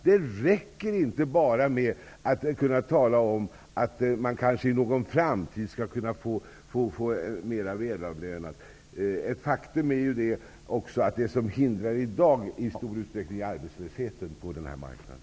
Det räcker inte med att bara tala om att de studerande kanske i framtiden kommer att få ett mer välavlönat arbete. Ett faktum är ju att det som hindrar i dag i stor utsträckning är arbetslösheten på den här marknaden.